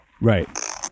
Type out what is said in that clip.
Right